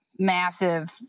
massive